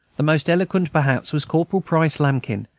the most eloquent, perhaps, was corporal price lambkin,